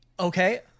Okay